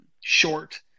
short